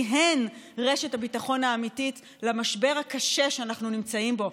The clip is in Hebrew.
כי הן רשת הביטחון האמיתית למשבר הקשה שאנחנו נמצאים בו,